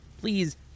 please